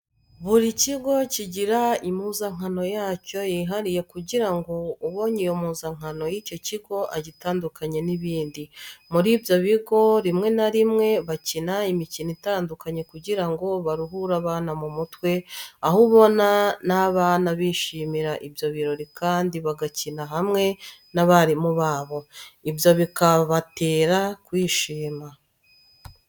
Buri kigo kigira impuzankano yacyo yihariye kugira ngo ubonye iyo mpuzankano y'icyo kigo agitandukanye n'ibindi, muri ibyo bigo rimwe na rimwe bakina imikino itandukanye kugira ngo baruhure abana mu mutwe, aho ubona n'abana bishimira ibyo birori kandi bagakinira hamwe n'abarimu babo, ibyo bikabatera kwishima.